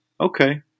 okay